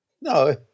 No